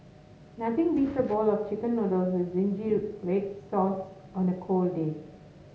nothing beats a bowl of chicken noodles with zingy red sauce on a cold day